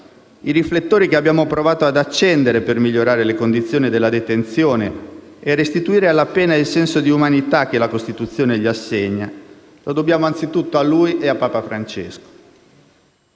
(i riflettori che abbiamo provato ad accendere per migliorare le condizioni della detenzione e restituire alla pena il senso di umanità che la Costituzione gli assegna) lo dobbiamo anzitutto a lui e a Papa Francesco.